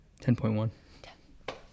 10.1